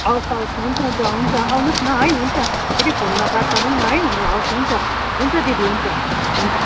हवस् हवस् हुन्छ हुन्छ हुन्छ आउनुहोस् न है हुन्छ फेरि फोनमा बात मारौँ न है हवस् हुन्छ हुन्छ दिदी हुन्छ हुन्छ